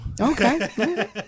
Okay